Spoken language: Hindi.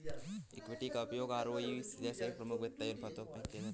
इक्विटी का उपयोग आरओई जैसे कई प्रमुख वित्तीय अनुपातों में किया जाता है